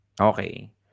okay